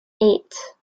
eight